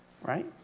Right